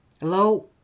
Hello